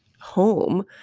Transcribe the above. home